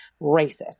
racist